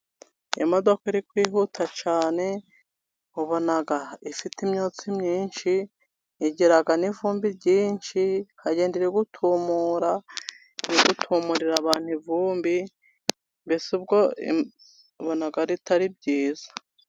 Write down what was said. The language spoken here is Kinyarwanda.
Iyo imodoka iri kwihuta cyane, uwabona ifite imyotsi myinshi. igira n'ivumbi ryinshi ikagende irigutumura, irigutumurira abantu ivumbi, mbese ubwo ubona atari byiza.